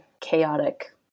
chaotic